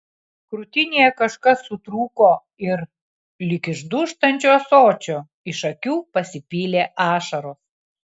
krūtinėje kažkas sutrūko ir lyg iš dūžtančio ąsočio iš akių pasipylė ašaros